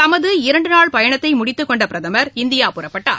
தமது இரண்டு நாள் பயணத்தை முடித்துக் கொண்ட பிரதமர் இந்தியா புறப்பட்டார்